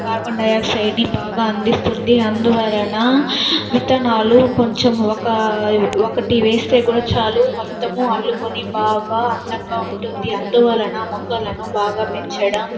carbon డైఆక్సైడ్ని బాగా అందిస్తుంది అందువలన విత్తనాలు కొంచెం ఒక ఒకటి వేస్తే కూడా చాలు మొత్తం అల్లుకొని బాగా అందంగా ఉంటుంది అందువలన మొక్కలను బాగా పెంచడం